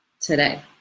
today